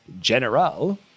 General